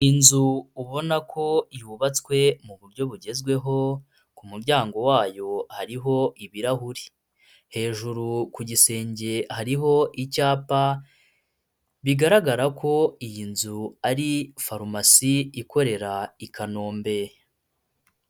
Inzu ubona ko yubatswe mu buryo bugezweho, ku muryango wayo hariho ibirahuri, hejuru ku gisenge hariho icyapa, bigaragara ko iyi nzu ari farumasi ikorera i Kanombe.